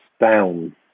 down